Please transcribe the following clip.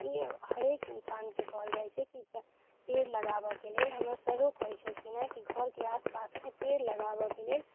ई हरेक इंसानके कहल जाइ छै की पेड़ लगाबऽके लेल हमर सरो कहै छलखिन हँ की घऽरके आसपासमे पेड़ लगाबऽके लेल